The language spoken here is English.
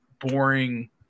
boring